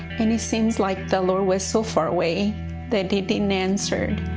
and it seemed like the lord was so far away that he didn't answer.